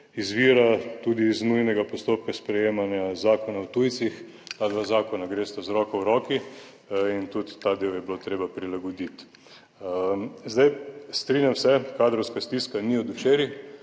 izvira tudi iz nujnega postopka sprejemanja Zakona o tujcih. Ta dva zakona gresta z roko v roki in tudi ta del je bilo treba prilagoditi. Strinjam se, kadrovska stiska ni od včeraj,